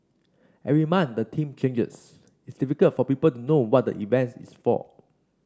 every month the theme changes it's difficult for people to know what the event is for